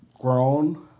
grown